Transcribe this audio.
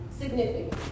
significant